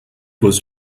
was